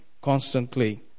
constantly